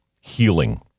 healing